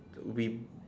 the we